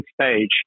stage